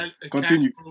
Continue